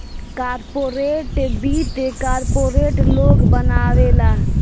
corporate वित्त corporate लोग बनावेला